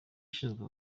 ushinzwe